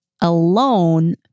alone